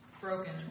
Broken